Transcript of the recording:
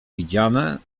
widziane